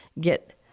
get